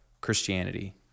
Christianity